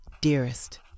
dearest